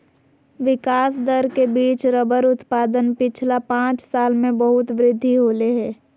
विकास दर के बिच रबर उत्पादन पिछला पाँच साल में बहुत वृद्धि होले हें